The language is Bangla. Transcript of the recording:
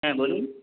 হ্যাঁ বলুন